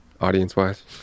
audience-wise